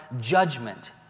judgment